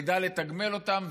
נדע לתגמל אותם,